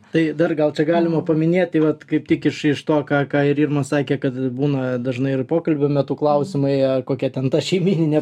tai dar gal čia galima paminėti vat kaip tik iš iš to ką ką ir irma sakė kad būna dažnai ir pokalbio metu klausimai kokia ten ta šeimyninė